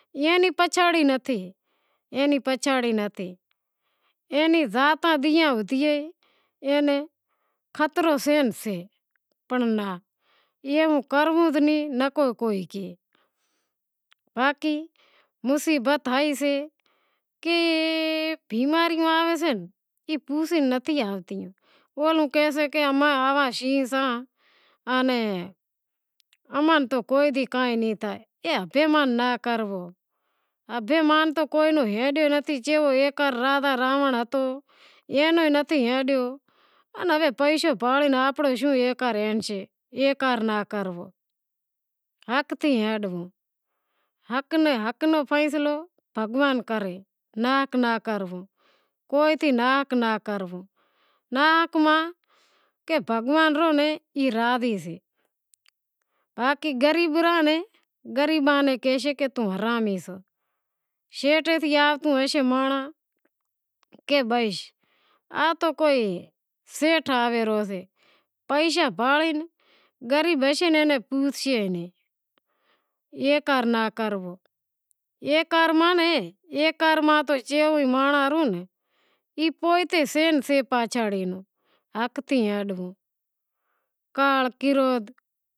اینی پچھاڑی تھی اینی پچھاڑی نتھی اینے راتاں ڈینہاں ودھیئے اینے خطرو سے ئی سے پنڑ ناں ایوو کرنوو نیں نکو کی باقی مصیبت آئی سے کے بیماریوں آویوں سے ای پوسے نتھی آوتی اولوں کہیسے کہ اماں آواں شی زاں اماں نیں کوئی بھی نیں تھے ای ابھیمان ناں کرنوو ابھیمان کے نو ہلے نتھی ایوو اہنکار راجا رانونڑ ہتو اے نو ئی نتھی ہلیو تو آنپڑو شوں ہلشے اہنکار ناں کرو حق تے ہلو حق نو فیشلو بھگوان کرے ناحق ناں کرو، کوئی تھی ناحق ناں کرو، ناحق تھی بھگواں بی ناراض سے باقی گریب راں کہ گریب ناں کہیشے کہ توں حرامی سے باقی سیٹھ تھیں آوتو ہوئیشے مانڑاں نیں کہیشے کہ بھئ آز تو کائی سیٹھ آوے ریو شے پیشا گریب ناں پوشسے نیں، اہنکار ناں کرو، اہنکار نو جیوو بھی مانڑو اے پوئتے سے ئی سے پاچھاڑی نو حق تھی ہلو، کاڑ کرودھ